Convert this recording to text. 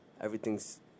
everything's